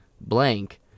blank